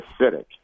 acidic